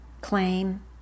Claim